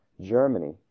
Germany